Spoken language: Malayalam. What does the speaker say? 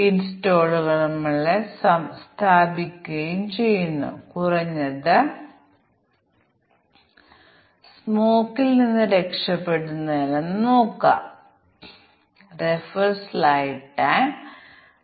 ആൻഡ്രോയിഡ് സ്മാർട്ട് ഫോൺ പരീക്ഷിക്കേണ്ട മറ്റൊരു ഉദാഹരണമാണിത് വിവിധ പാരിസ്ഥിതിക ക്രമീകരണങ്ങൾക്കായി ഓപ്പറേറ്റിംഗ് സിസ്റ്റം പരീക്ഷിക്കേണ്ടതുണ്ട്